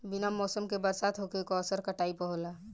बिना मौसम के बरसात होखे के असर काटई पर होला